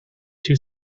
two